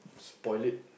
spoil it